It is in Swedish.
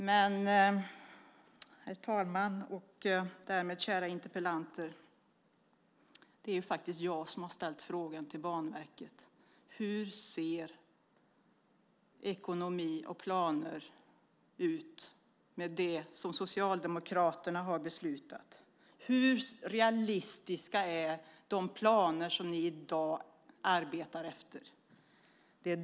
Men, herr talman och kära interpellanter, det är faktiskt jag som har ställt frågan till Banverket: Hur ser ekonomi och planer ut för det som Socialdemokraterna har beslutat? Hur realistiska är de planer som ni i dag arbetar efter?